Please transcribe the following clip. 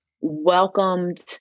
welcomed